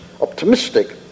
optimistic